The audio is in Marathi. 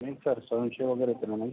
नाही सर संशय वगैरे तर ना नाही